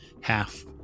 half